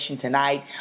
tonight